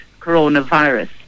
coronavirus